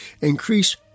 increase